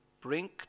bring